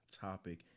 topic